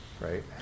right